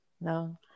no